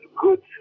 good